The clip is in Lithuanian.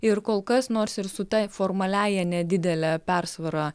ir kol kas nors ir su ta formaliąja nedidele persvara